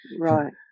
right